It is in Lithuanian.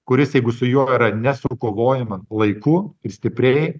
kuris jeigu su juo yra nesukovojama laiku ir stipriai